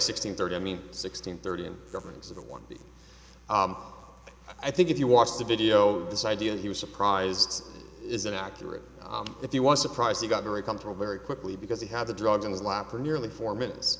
sixteen thirty i mean sixteen thirty in reference to the one i think if you watch the video this idea he was surprised is an accurate if you want surprise he got very comfortable very quickly because he had the drugs in his lap for nearly four minutes